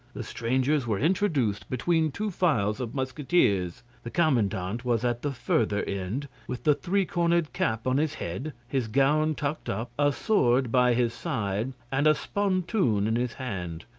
the strangers were introduced between two files of musketeers the commandant was at the further end, with the three-cornered cap on his head, his gown tucked up, a sword by his side, and a spontoon fifteen in his hand.